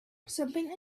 something